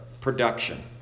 production